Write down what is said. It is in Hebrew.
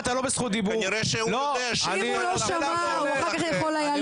לא שמע, אחר כך הוא היה יכול לקרוא.